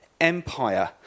empire